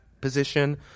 position